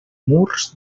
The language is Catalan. murs